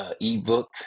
Ebook